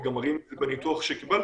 וגם מראים את זה בניתוח שקיבלתם,